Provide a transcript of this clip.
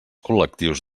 col·lectius